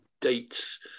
dates